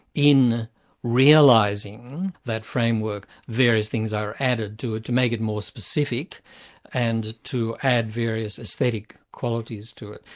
in realising that framework, various things are added to it to make it more specific and to add various aesthetic qualities to it,